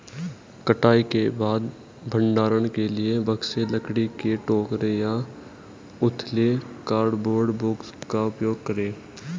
कटाई के बाद भंडारण के लिए बक्से, लकड़ी के टोकरे या उथले कार्डबोर्ड बॉक्स का उपयोग करे